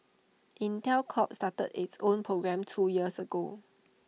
Intel Corp started its own program two years ago